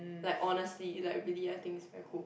like honestly like really I think is very cool